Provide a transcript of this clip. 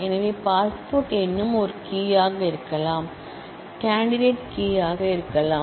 எனவே பாஸ்போர்ட் எண்ணும் ஒரு கீ யாக இருக்கலாம் கேண்டிடேட் கீ யாக இருக்கலாம்